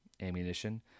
ammunition